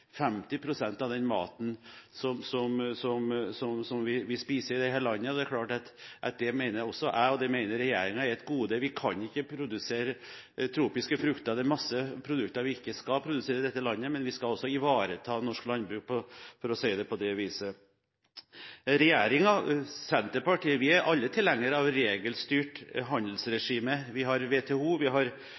av den maten vi spiser i dette landet, og det mener jeg – og det mener regjeringen – er et gode. Vi kan ikke produsere tropiske frukter, det er masse produkter vi ikke skal produsere i dette landet, men vi skal også ivareta norsk landbruk, for å si det på den måten. Regjeringen, Senterpartiet – vi er alle tilhengere av regelstyrt handelsregime. Vi har